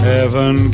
Heaven